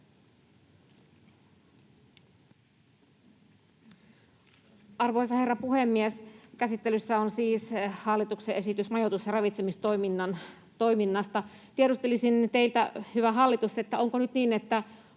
Arvoisa herra puhemies! Käsittelyssä on siis hallituksen esitys majoitus- ja ravitsemistoiminnasta. Tiedustelisin teiltä, hyvä hallitus, onko nyt niin, että